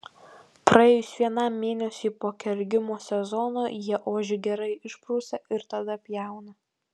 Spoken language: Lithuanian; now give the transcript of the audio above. praėjus vienam mėnesiui po kergimo sezono jie ožį gerai išprausia ir tada pjauna